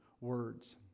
words